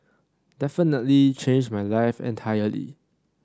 definitely changed my life entirely